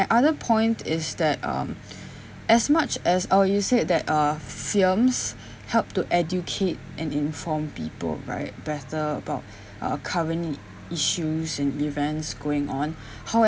other point is that um as much as oh you said that uh films help to educate and inform people right better about uh current i~ issues and events going on